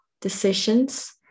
decisions